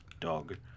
dog